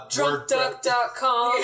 DrunkDuck.com